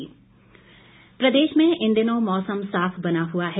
मौसम प्रदेश में इन दिनों मौसम साफ बना हुआ है